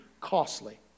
costly